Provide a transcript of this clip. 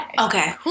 okay